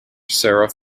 sarah